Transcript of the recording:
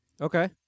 Okay